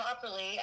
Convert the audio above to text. properly